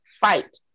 fight